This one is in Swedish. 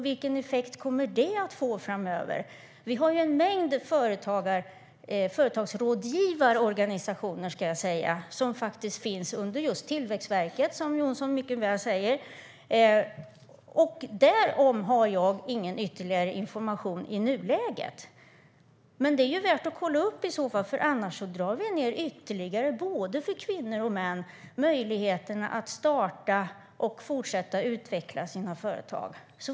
Vilken effekt kommer det att få framöver? Vi har en mängd företagsrådgivarorganisationer som finns under Tillväxtverket, som Jonsson säger. Därom har jag ingen ytterligare information i nuläget, men det är värt att kolla upp. Annars minskar vi möjligheterna ytterligare för både kvinnor och män att starta och fortsätta utveckla sina företag.